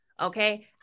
Okay